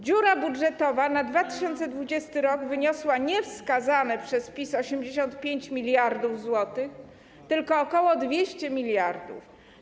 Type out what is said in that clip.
Dziura budżetowa za 2020 r. wyniosła nie wskazane przez PiS 85 mld zł, tylko ok. 200 mld.